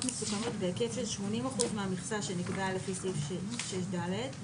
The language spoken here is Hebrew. מסוכנות בהיקף של 80% מהמכסה שנקבעה לפי סעיף 6ד,